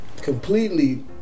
completely